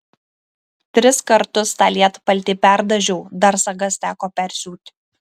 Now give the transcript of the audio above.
tris kartus tą lietpaltį perdažiau dar sagas teko persiūt